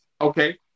Okay